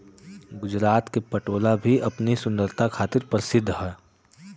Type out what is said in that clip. गुजरात क पटोला भी अपनी सुंदरता खातिर परसिद्ध हौ